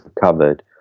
covered